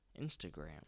instagram